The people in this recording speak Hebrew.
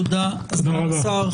תודה סגן השר.